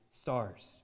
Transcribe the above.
stars